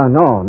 no